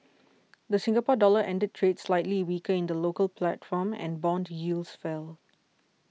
the Singapore Dollar ended trade slightly weaker in the local platform and bond yields fell